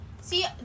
See